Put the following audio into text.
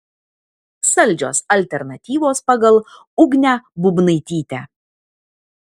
saldžios alternatyvos pagal ugnę būbnaitytę